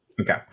okay